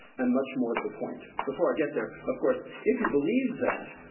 and much more to the point. before i get there, of course, if you believe that,